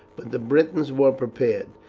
but the britons were prepared.